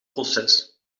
proces